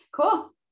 cool